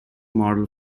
model